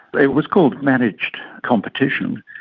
it was called managed competition,